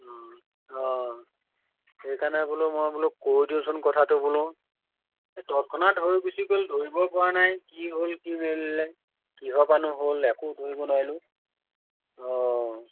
অঁ সেইকাৰণে বোলো মই বোলো কৈ দিওঁচোন কথাটো বোলো এই তৎক্ষণাত হৈ গুচি গ'লটো ধৰিবই পৰা নাই কি হ'ল কি মেলিলে কিহৰপৰানো হ'ল একো ধৰিব নোৱাৰিলোঁ অঁ